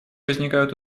возникают